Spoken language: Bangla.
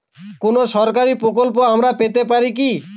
কোন সরকারি প্রকল্প আমরা পেতে পারি কি?